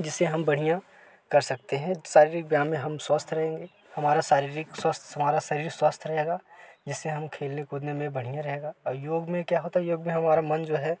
जिससे हम बढ़ियाँ कर सकते हैं स शारीरिक व्यायाम में हम स्वस्थ रहेंगे हमारा शारीरिक स्वास्थ्य हमारा शरीर स्वस्थ रहेगा जिससे हम खेलने कूदने में बढ़ियाँ रहेगा और योग में क्या होता है योग में हमारा मन जो है